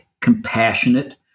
compassionate